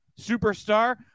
superstar